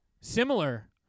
similar